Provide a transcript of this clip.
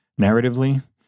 narratively